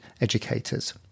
educators